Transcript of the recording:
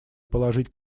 положить